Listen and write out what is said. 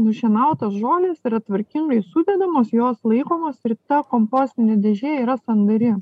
nušienautos žolės yra tvarkingai sudedamos jos laikomos ir ta kompostinė dėžė yra sandari